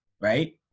right